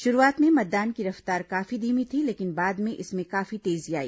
शुरूआत में मतदान की रफ्तार काफी धीमी थी लेकिन बाद में इसमें काफी तेजी आई